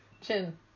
Chin